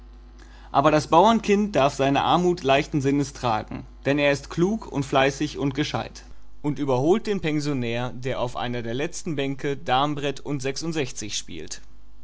aber das bauernkind darf seine armut leichten sinnes tragen denn er ist klug und fleißig und gescheit und überholt den noblen pensionär der auf einer der letzten bänke dambrett und sechsundsechzig spielt